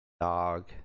dog